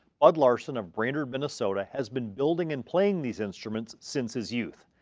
bud larson of brainerd, minnesota has been building and playing these instruments since his youth.